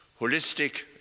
holistic